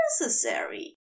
necessary